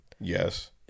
Yes